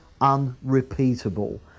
unrepeatable